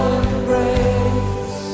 embrace